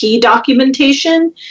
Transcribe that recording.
documentation